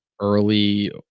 early